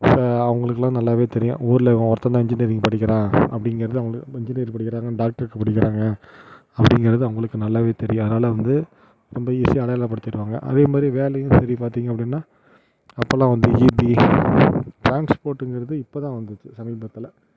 அவங்களுக்கெல்லாம் நல்லாவே தெரியும் ஊரில் இவன் ஒருத்தன் தான் இன்ஜினியரிங் படிக்கிறான் அப்படிங்குறது அவர்களுக்கு இன்ஜினியரிங் படிக்கிறாங்க டாக்டருக்கு படிக்கிறாங்க அப்படிங்குறது அவர்களுக்கு நல்லாவே தெரியும் அதனால் வந்து ரொம்ப ஈஸியாக அடையாளப்படுத்திடுவாங்க அதேமாதிரி வேலையும் பார்த்திங்க அப்படின்னா அப்போல்லாம் ஈபி ட்ரான்ஸ்போர்ட்ங்கிறது இப்போ தான் வந்தது சமீபத்தில்